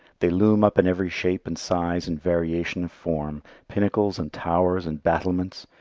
they loom up in every shape and size and variation of form, pinnacles and towers and battlements,